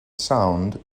sound